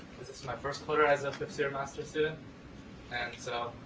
this is my first quarter as ah their masters student and so